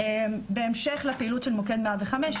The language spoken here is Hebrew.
בהמשך לפעילות של מוקד 105,